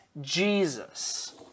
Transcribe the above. Jesus